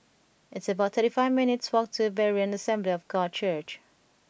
it's about thirty five minutes' walk to Berean Assembly of God Church